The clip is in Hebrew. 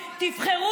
וחלק.